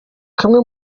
kamwe